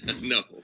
no